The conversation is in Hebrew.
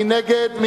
מי נגד?